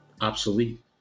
obsolete